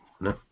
No